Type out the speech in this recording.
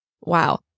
Wow